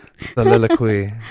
Soliloquy